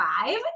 five